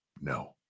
No